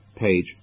page